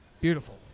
Beautiful